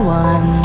one